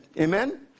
Amen